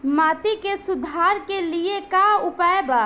माटी के सुधार के लिए का उपाय बा?